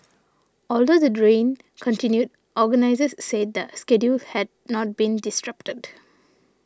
although the dream continued organisers said the schedule had not been disrupted